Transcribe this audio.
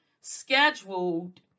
scheduled